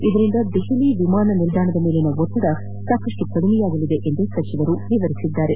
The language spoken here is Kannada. ಇದರಿಂದ ದೆಹಲಿ ವಿಮಾನ ನಿಲ್ಲಾಣದ ಮೇಲಿನ ಒತ್ತದ ಸಾಕಷ್ಟು ಕಡಿಮೆಯಾಗಲಿದೆ ಎಂದು ಸಚಿವರು ವಿವರಿಸಿದರು